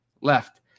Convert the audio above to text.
left